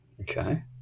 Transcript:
okay